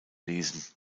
lesen